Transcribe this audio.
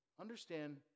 Understand